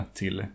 till